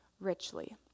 richly